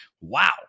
Wow